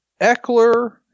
Eckler